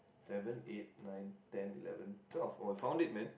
seven eight nine ten eleven twelve oh found it man